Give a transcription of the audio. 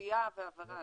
גבייה והעברה.